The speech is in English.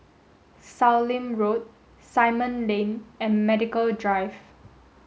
Sallim Road Simon Lane and Medical Drive